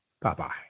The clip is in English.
Bye-bye